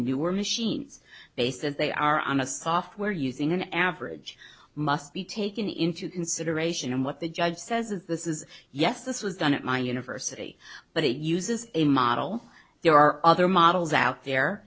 newer machines base that they are on a software using an average must be taken into consideration and what the judge says is this is yes this was done at my university but it uses a model there are other models out there